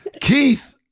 Keith